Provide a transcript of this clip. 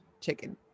Chicken